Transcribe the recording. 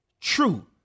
true